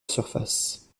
surface